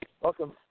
Welcome